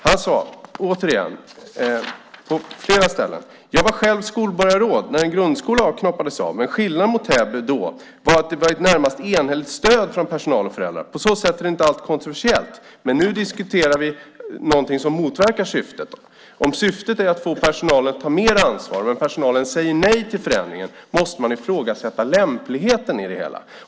Han sade att han själv var skolborgarråd när en grundskola knoppades av, men att skillnaden mot Täby var att det var ett i det närmaste enhälligt stöd från personal och föräldrar. På så sätt är det inte alltid kontroversiellt. Men nu diskuterades något som motverkade syftet. Om syftet är att få personalen att ta mer ansvar och personalen säger nej till förändringen måste man ifrågasätta lämpligheten i det hela.